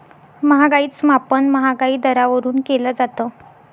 महागाईच मापन महागाई दरावरून केलं जातं